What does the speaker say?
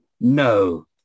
no